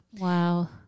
Wow